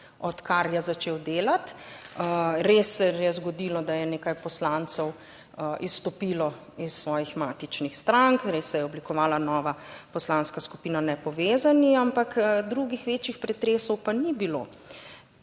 odkar je začel delati. Res se je zgodilo, da je nekaj poslancev izstopilo iz svojih matičnih strank, res se je oblikovala nova poslanska skupina nepovezanih, ampak drugih večjih pretresov pa ni bilo.